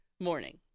morning